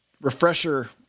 refresher